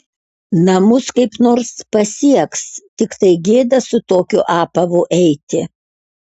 namus kaip nors pasieks tiktai gėda su tokiu apavu eiti